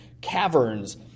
caverns